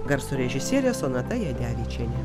garso režisierė sonata jadevičienė